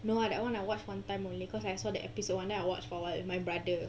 no lah that one I watch one time only cause I saw the episode one then I watch for like with my brother